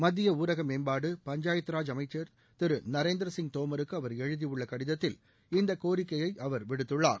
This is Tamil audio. மத்திய ஊரக மேம்பாடு பஞ்சாயத்ராஜ் அமைச்சர் திரு நரேந்திசிய் தோமருக்கு அவர் எழுதியுள்ள கடிதத்தில் இந்த கோரிக்கையை அவர் விடுத்துள்ளார்